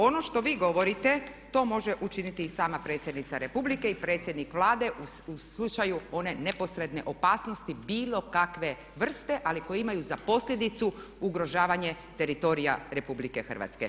Ono što vi govorite to može učiniti i sama predsjednica Republike i predsjednik Vlade u slučaju one neposredne opasnosti bilo kakve vrste ali koji imaju za posljedicu ugrožavanje teritorija RH.